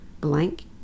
blank